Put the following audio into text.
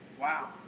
Wow